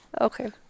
Okay